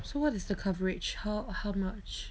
so what is the coverage how how much